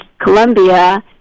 Colombia